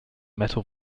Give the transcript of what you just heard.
metal